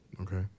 Okay